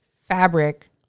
fabric